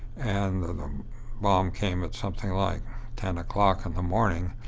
and the the bomb came at something like ten o'clock in the morning.